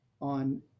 on